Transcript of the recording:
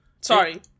Sorry